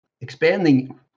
expanding